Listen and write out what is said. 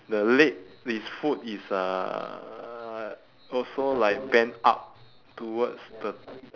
the leg his foot is uhh also like bent up towards the